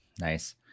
nice